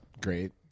great